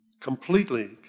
completely